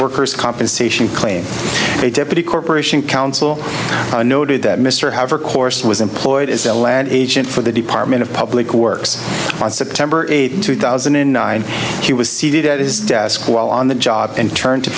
workers compensation claim a deputy corporation counsel noted that mr however course was employed as the lead agent for the department of public works on september eighth two thousand and nine he was seated at his desk while on the job and turned to